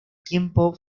tiempo